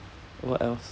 what else